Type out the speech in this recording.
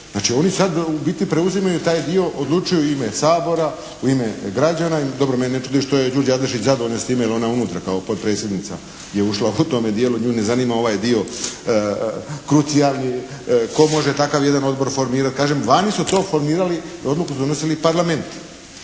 Znači, oni sad u biti preuzimaju taj dio, odlučuju u ime Sabora, u ime građana. Dobro, mene ne čudi što je Đurđa Adlešić zadovoljna s time jer je ona unutra kao potpredsjednica je ušla. U tome dijelu nju ne zanima ovaj dio krucijalni. Tko može takav jedan odbor formirati. Kažem, vani su to formulirali, odluku su donosili parlamenti